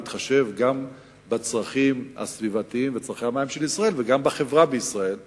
גם בהתחשב בצרכים הסביבתיים וצורכי המים של ישראל וגם בחברה הישראלית,